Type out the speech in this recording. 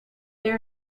there